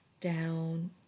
down